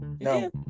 No